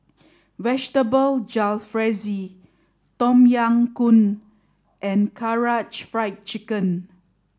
Vegetable Jalfrezi Tom Yam Goong and Karaage Fried Chicken